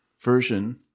Version